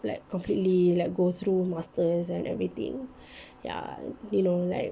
like completely like go through masters and everything ya you know like